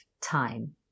time